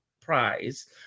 prize